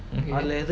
okay